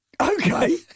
okay